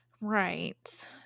Right